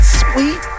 sweet